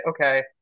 okay